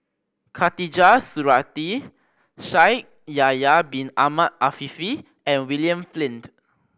Khatijah Surattee Shaikh Yahya Bin Ahmed Afifi and William Flint